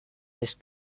just